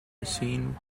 racine